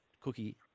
cookie